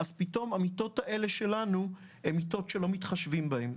פתאום המיטות האלה שלנו הן מיטות שלא מתחשבים בהן.